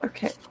Okay